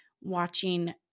watching